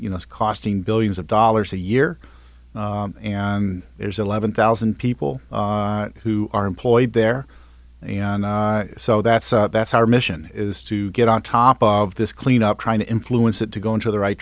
you know it's costing billions of dollars a year and there's eleven thousand people who are employed there so that's that's our mission is to get on top of this cleanup trying to influence it to go into the right